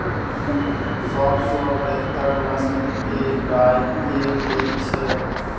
सबसँ बेहतर नस्ल केँ गाय केँ होइ छै?